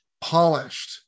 polished